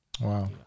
Wow